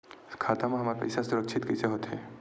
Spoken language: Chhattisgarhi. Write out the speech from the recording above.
खाता मा हमर पईसा सुरक्षित कइसे हो थे?